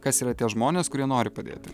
kas yra tie žmonės kurie nori padėti